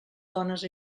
dones